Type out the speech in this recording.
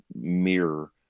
mirror